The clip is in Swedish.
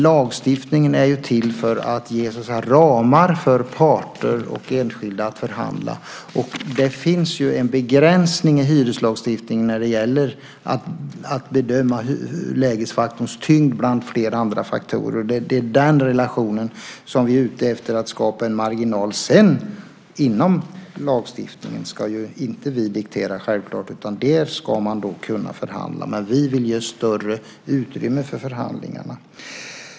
Lagstiftningen är till för att ge ramar för parter och enskilda att förhandla. Det finns en begränsning i hyreslagstiftningen när det gäller att bedöma lägesfaktorns tyngd bland flera andra faktorer. Det är den relationen som vi är ute efter och att skapa en marginal. Inom lagstiftningen ska vi självklart inte diktera. Där ska man kunna förhandla. Men vi vill ge större utrymme för förhandlingarna.